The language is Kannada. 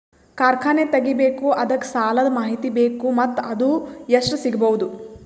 ಕಾರ್ಖಾನೆ ತಗಿಬೇಕು ಅದಕ್ಕ ಸಾಲಾದ ಮಾಹಿತಿ ಬೇಕು ಮತ್ತ ಅದು ಎಷ್ಟು ಸಿಗಬಹುದು?